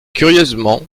curieusement